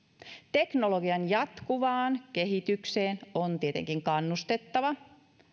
teknologian jatkuvaan kehitykseen on tietenkin kannustettava